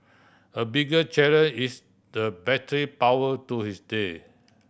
a bigger is the battery power to his day